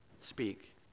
speak